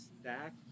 stack